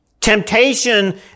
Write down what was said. Temptation